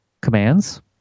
commands